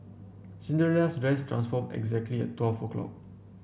Cinderella's dress transformed exactly at twelve o'clock